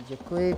Děkuji.